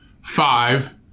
five